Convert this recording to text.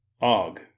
Og